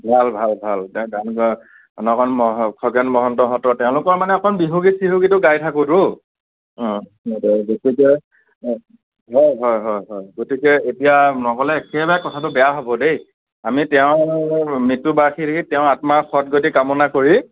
ভাল ভাল ভাল তেওঁৰ গান গোৱা নগেন খগেন মহন্তহঁতৰ তেওঁলোকৰ মানে অকণ বিহু গীত চিহু গীতো গায় থকোঁতো গতিকে হয় হয় হয় গতিকে এতিয়া নগলে একেবাৰে কথাটো বেয়া হ'ব দেই আমি তেওঁৰ মৃত্যুবাৰ্ষিকীত তেওঁৰ আত্মাৰ সদগতি কামনা কৰি